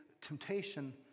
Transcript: temptation